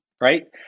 right